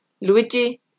Luigi